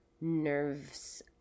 nerves